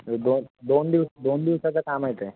तर दोन दोन दिव दोन दिवसाचं काम आहे ते